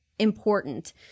important